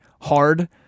hard